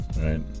right